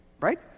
Right